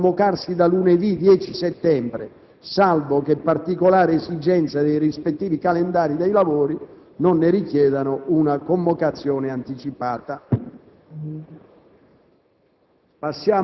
Le Commissioni potranno convocarsi da lunedì 10 settembre, salvo che particolari esigenze dei rispettivi calendari dei lavori non ne richiedano una convocazione anticipata.